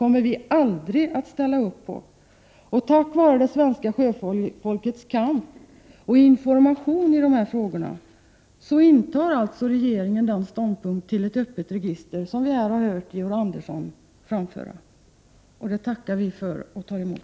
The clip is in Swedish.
1988/89:89 Tack vare det svenska sjöfolkets kamp i dessa frågor och tack vare den 4 april 1989 information sjöfolket gett, intar regeringen den ståndpunkt till ett öppet register som vi här har hört Georg Andersson redogöra för. Det tackar vi för och tar emot.